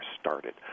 started